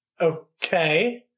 Okay